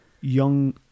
young